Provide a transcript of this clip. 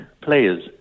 players